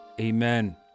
amen